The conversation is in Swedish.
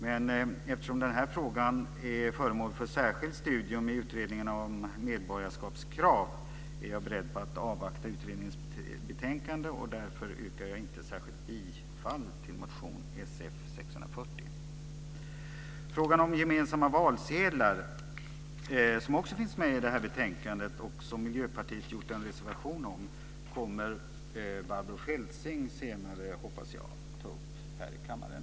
Men eftersom den här frågan är föremål för särskilt studium i utredningen om medborgarskapskrav är jag beredd att avvakta utredningens betänkande, och därför yrkar jag inte bifall till motion Sf640. Frågan om gemensamma valsedlar som också tas upp i detta betänkande och som Miljöpartiet har skrivit en reservation om kommer Barbro Feltzing senare, hoppas jag, att ta upp här i kammaren.